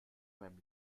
meinem